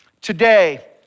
today